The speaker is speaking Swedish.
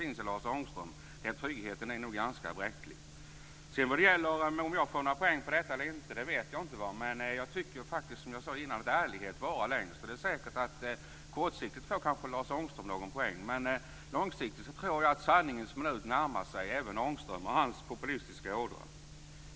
Den tryggheten är nog ganska bräcklig. Om jag får några poäng för detta eller ej vet jag inte, men jag tycker, som jag tidigare sade, att ärlighet varar längst. Kortsiktigt får kanske Lars Ångström någon poäng, men jag tror att sanningens minut långsiktigt närmar sig Ångströms populistiska ådra.